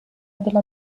della